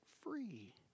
free